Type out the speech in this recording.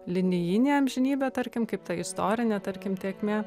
linijinė amžinybė tarkim kaip ta istorinė tarkim tėkmė